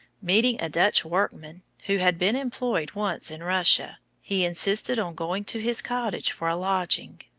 meeting a dutch workman, who had been employed once in russia, he insisted on going to his cottage for a lodging.